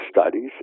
studies